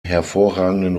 hervorragenden